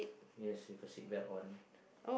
yes with the seatbelt on